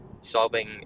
solving